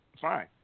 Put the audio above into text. fine